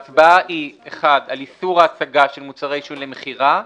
ההצבעה היא על איסור ההצגה של מוצרי עישון למכירה,